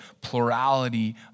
plurality